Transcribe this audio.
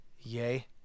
Yay